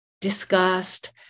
discussed